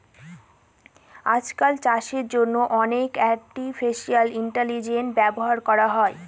আজকাল চাষের জন্য অনেক আর্টিফিশিয়াল ইন্টেলিজেন্স ব্যবহার করা হয়